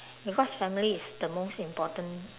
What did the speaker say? because family is the most important